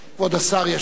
כבוד השר ישיב.